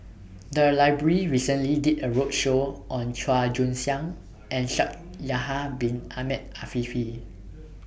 The Library recently did A roadshow on Chua Joon Siang and Shaikh Yahya Bin Ahmed Afifi